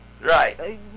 Right